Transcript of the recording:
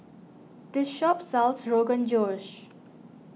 this shop sells Rogan Josh